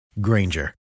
Granger